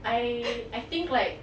I I think like